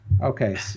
okay